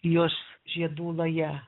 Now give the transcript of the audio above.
jos žiedų laja